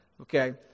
Okay